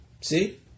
See